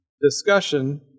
discussion